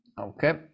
Okay